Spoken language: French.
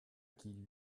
qui